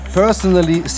personally